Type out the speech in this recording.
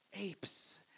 apes